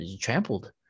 trampled